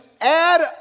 add